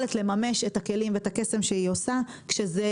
יכולת לממש את הכלים ואת הקסם שהיא עושה כשזה